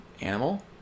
animal